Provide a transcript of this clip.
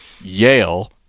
Yale